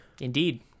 indeed